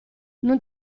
non